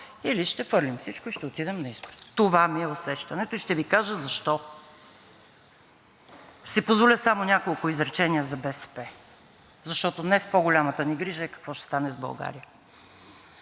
или ще хвърлим всичко и ще отидем на избори. Това ми е усещането и ще Ви кажа защо. Ще си позволя само няколко изречения за БСП, защото днес по-голямата ни грижа е какво ще стане с България.